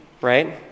right